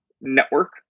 network